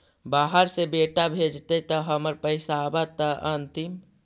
बाहर से बेटा भेजतय त हमर पैसाबा त अंतिम?